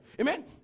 Amen